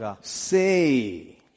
Say